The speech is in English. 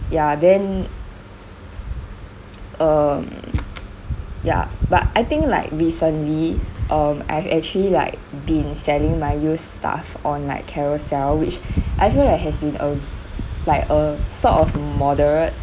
ya then um ya but I think like recently um I've actually like been selling my used stuff on like carousell which I feel like has been a like a sort of moderate